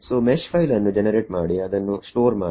so mesh file ಅನ್ನು generate ಮಾಡಿ ಅದನ್ನು ಸ್ಟೋರ್ ಮಾಡಿ